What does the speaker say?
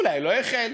אולי לא החל,